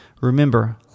Remember